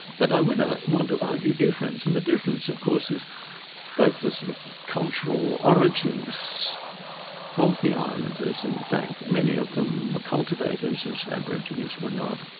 but i would want to argue difference. and the difference of course is both the sort of cultural origins of the islanders and the fact that many of them were cultivators as aborigines were not,